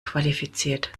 qualifiziert